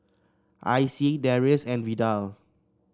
Icey Darius and Vidal